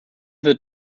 wird